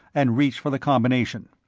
and reached for the combination.